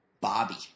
Bobby